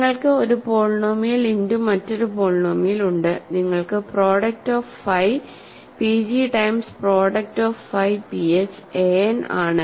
നിങ്ങൾക്ക് ഒരു polynomial into മറ്റൊരു പോളിനോമിയൽ ഉണ്ട് നിങ്ങൾക്ക് product of phi pg times product of phi ph an ആണ്